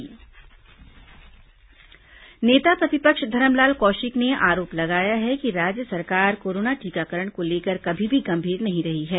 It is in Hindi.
भाजपा आरोप नेता प्रतिपक्ष धरमलाल कौशिक ने आरोप लगाया है कि राज्य सरकार कोरोना टीकाकरण को लेकर कभी भी गंभीर नहीं रही है